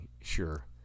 sure